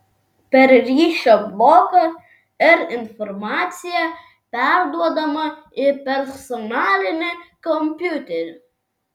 per ryšio bloką r informacija perduodama į personalinį kompiuterį